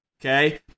okay